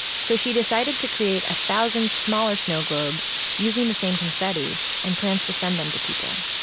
so she decided to create a thousand smaller snow globes using the same confetti and plans to send them to people.